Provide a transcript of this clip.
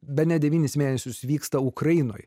bene devynis mėnesius vyksta ukrainoje